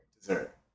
dessert